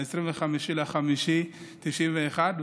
25 במאי 1991,